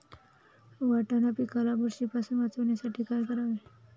वाटाणा पिकाला बुरशीपासून वाचवण्यासाठी काय करावे?